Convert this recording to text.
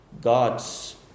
God's